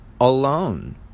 alone